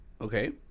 okay